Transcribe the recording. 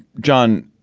john,